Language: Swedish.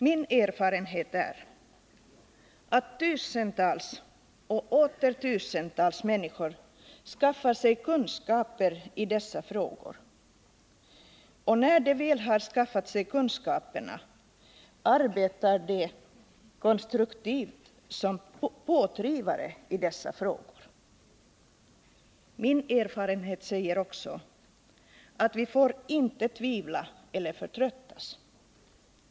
Min erfarenhet är att tusentals och åter tusentals människor skaffar sig kunskaper i dessa frågor, och när de väl har skaffat sig kunskaperna arbetar de konstruktivt som pådrivare i dessa frågor. Min erfarenhet säger mig också att vi inte får tvivla eller förtröttas.